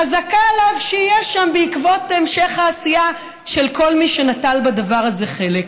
חזקה עליו שיהיה שם בעקבות המשך העשייה של כל מי שנטל בדבר הזה חלק.